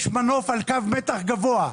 יש מנוף על קו מתח גבוה.